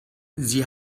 sie